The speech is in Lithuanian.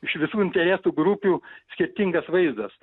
iš visų interesų grupių skirtingas vaizdas